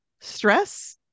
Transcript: stress